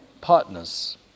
partners